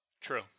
True